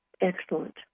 Excellent